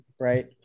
right